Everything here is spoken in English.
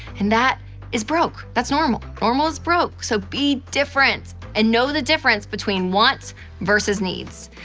and that is broke. that's normal. normal is broke. so be different and know the difference between wants versus needs.